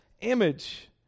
image